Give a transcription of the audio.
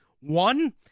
One